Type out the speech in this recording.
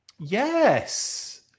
Yes